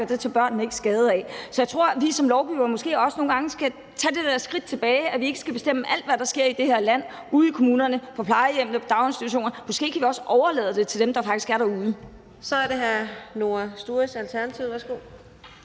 og det tager børnene ikke skade af. Så jeg tror, vi som lovgivere måske også nogle gange skal tage det der skridt tilbage, altså at vi ikke skal bestemme alt, hvad der sker i det her land, ude i kommunerne, på plejehjemmene og i daginstitutionerne. Måske kan vi også overlade det til dem, der faktisk er derude.